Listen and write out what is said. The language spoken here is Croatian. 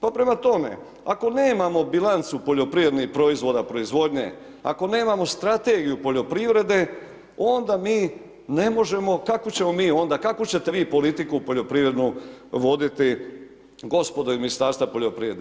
Pa prema tome ako nemamo bilancu poljoprivrednih proizvoda, proizvodnje, ako nemamo strategiju poljoprivrede, onda mi ne možemo, kakvu ćemo mi onda, kakvu ćete vi politiku poljoprivrednu voditi gospodo iz Ministarstva poljoprivrede.